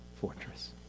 fortress